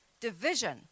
division